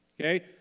okay